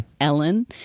ellen